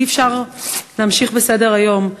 אי-אפשר להמשיך בסדר-היום.